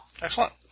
Excellent